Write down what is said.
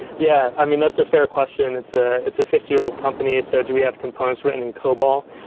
yeah. i mean, that's a fair question. it's ah it's a fifty year old company. so do we have components written in cobol?